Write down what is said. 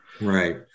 Right